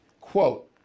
quote